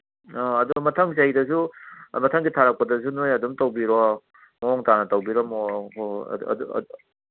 ꯑ ꯑꯗꯨ ꯃꯊꯪ ꯆꯍꯤꯗꯁꯨ ꯃꯊꯪꯒꯤ ꯊꯥꯔꯛꯄꯗꯁꯨ ꯅꯣꯏ ꯑꯗꯨꯝ ꯇꯧꯕꯤꯔꯣ ꯃꯑꯣꯡ ꯇꯥꯅ ꯇꯧꯕꯤꯔꯝꯃꯣ ꯍꯣꯏ ꯍꯣꯏ ꯑꯗꯨ